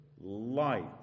light